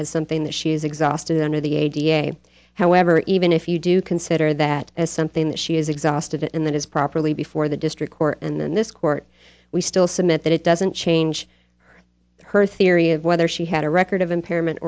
as something that she is exhausted under the a da however even if you do consider that as something that she is exhausted and that is properly before the district court and then this court we still submit that it doesn't change her theory of whether she had a record of impairment